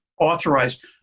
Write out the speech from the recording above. authorized